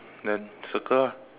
then circle ah